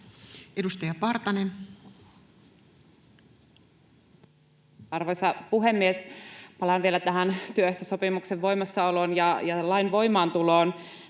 Edustaja Partanen. Arvoisa puhemies! Palaan vielä tähän työehtosopimuksen voimassaoloon ja lain voimaantuloon.